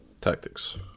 tactics